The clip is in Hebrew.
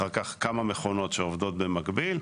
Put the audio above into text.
אחר כך כמה מכונות שעובדות במקביל.